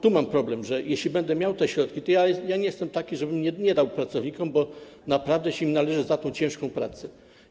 Tu mam problem, że jeśli będę miał te środki, to nie jestem taki, żebym nie dał pracownikom, bo naprawdę im się należy za ciężką pracę.